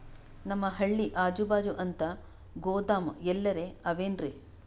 ನಮ್ ಹಳ್ಳಿ ಅಜುಬಾಜು ಅಂತ ಗೋದಾಮ ಎಲ್ಲರೆ ಅವೇನ್ರಿ?